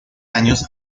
años